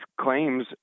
claims